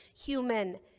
human